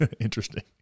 interesting